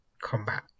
combat